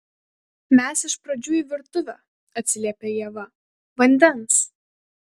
mes iš pradžių į virtuvę atsiliepia ieva vandens